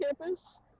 campus